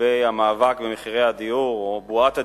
לגבי המאבק במחירי הדיור, או בועת הדיור,